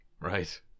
Right